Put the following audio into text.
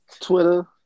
Twitter